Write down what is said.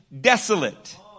desolate